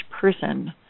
person